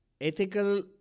ethical